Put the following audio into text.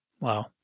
Wow